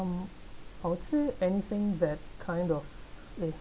um I would say anything that kind of place